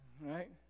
right